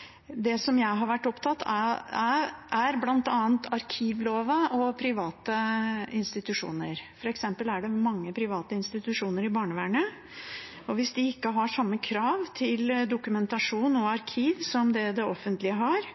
diskutere. Det jeg har vært opptatt av, er bl.a. arkivloven og private institusjoner. For eksempel er det mange private institusjoner i barnevernet, og hvis de ikke har samme krav til dokumentasjon og arkiv som det det offentlige har,